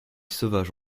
sauvage